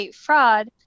fraud